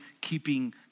keeping